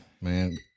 man